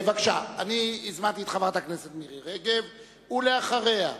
בבקשה, הזמנתי את חברת הכנסת מירי רגב, ואחריה,